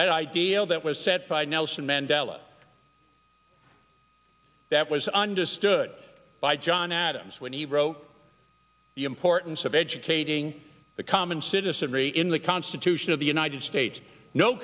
that ideal that set by nelson mandela that was understood by john adams when he wrote the importance of educating the common citizenry in the constitution of the united states no